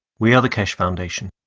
we are the keshe foundation.